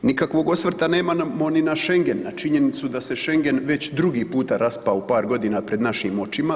Nikakvog osvrta nemamo ni na schengen, na činjenicu da se schengen već drugi puta raspao u par godina pred našim očima.